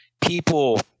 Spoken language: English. people